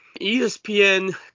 ESPN